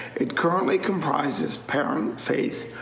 it currently comprises parents, faith